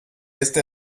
este